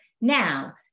now